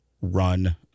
run